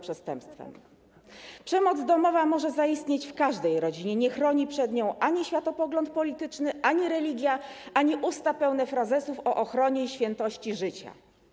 Przemoc domowa może zaistnieć w każdej rodzinie, nie chronią przed nią ani światopogląd polityczny, ani religia, ani usta pełne frazesów o ochronie i świętości życia.